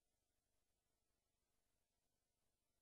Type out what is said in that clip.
מאות, כי